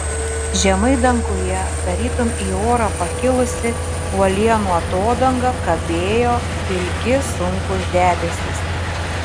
žemai danguje tarytum į orą pakilusi uolienų atodanga kabėjo pilki sunkūs debesys